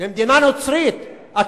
מדינה נוצרית, כן.